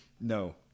No